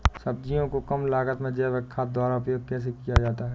सब्जियों को कम लागत में जैविक खाद द्वारा उपयोग कैसे किया जाता है?